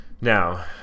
Now